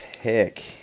pick